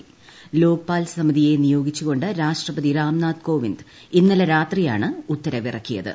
ചന്ദ്രഘാഷ് ലോക്പാൽ സമിതിയെ നിയോഗിച്ചുകൊണ്ട് രാഷ്ട്രപതി രാംനാഥ് കോവിന്ദ് ഇന്നലെ രാത്രിയാണ് ഉത്തരവിറക്കിയത്